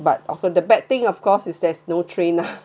but of the bad thing of course is there's no train nah